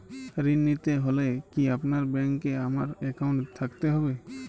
ঋণ নিতে হলে কি আপনার ব্যাংক এ আমার অ্যাকাউন্ট থাকতে হবে?